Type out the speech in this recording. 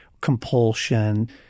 compulsion